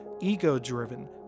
ego-driven